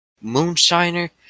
moonshiner